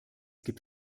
gibt